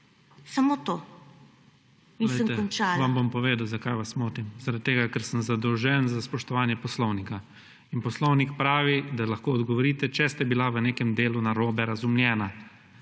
Poglejte, vam bom povedal zakaj vas motim. Zaradi tega, ker sem zadolžen za spoštovanje Poslovnika. In Poslovnik pravi, da lahko odgovorite, če ste bila v nekem delu narobe razumljena.